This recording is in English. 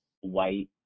white